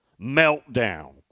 meltdown